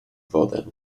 wodę